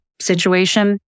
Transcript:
situation